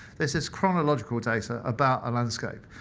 this is chronological data about a landscape.